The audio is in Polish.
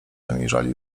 zamierzali